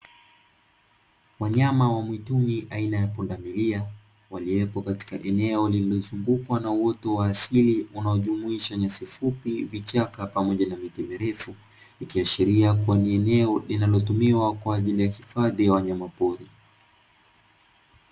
Wanyama wa mwituni aina ya pundamilia waliopo katika eneo lililozungukwa na uoto wa asili unaojumuisha nyasi fupi, vichaka pamoja na miti mirefu. Ikiashiria kuwa nia eneo linalotumiwa kwa ajili ya hifadhi ya wanyamapori.